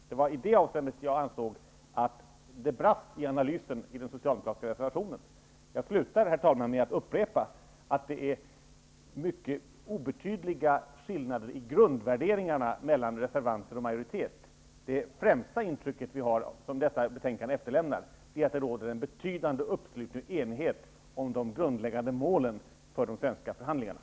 Det var i det avseendet jag ansåg att det brast i analysen i den socialdemokratiska reservationen. Jag slutar, herr talman, med att upprepa att det finns mycket obetydliga skillnader i grundvärderingarna mellan reservanter och majoritet. Det främsta intrycket som detta betänkande efterlämnar är att det råder en betydande enighet om de grundläggande målen för de svenska förhandlingarna.